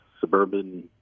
suburban